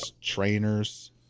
Trainers